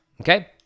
Okay